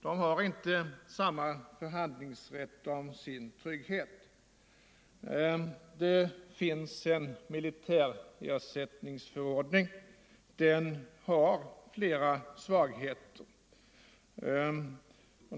De har inte samma rätt att förhandla om sin trygghet. Det finns en militärersättningsförordning, som har flera svagheter.